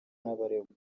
n’abaregwa